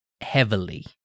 heavily